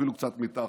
אפילו קצת מתחת.